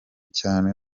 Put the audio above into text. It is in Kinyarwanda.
cyane